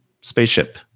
spaceship